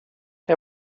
det